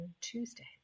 Tuesday